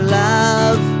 love